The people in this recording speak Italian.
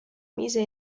mise